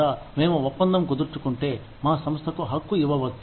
లేదా మేము ఒప్పందం కుదుర్చుకుంటే మా సంస్థకు హక్కు ఇవ్వవచ్చు